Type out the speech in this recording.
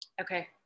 Okay